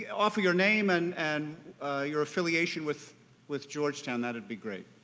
offer your name and and your affiliation with with georgetown, that would be great.